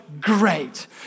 great